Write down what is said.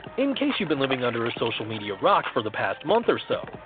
in case you've been living under a social media rock for the past month or so,